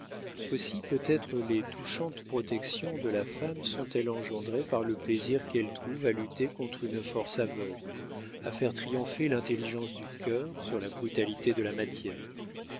aussi peut-être les touchantes protections de la femme sont-elles engendrées par le plaisir qu'elle trouve à lutter contre une force aveugle à faire triompher l'intelligence du cœur sur la brutalité de la matière